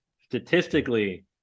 statistically